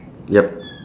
yup